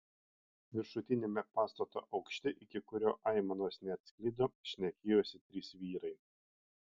viršutiniame pastato aukšte iki kurio aimanos neatsklido šnekėjosi trys vyrai